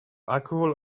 alcohol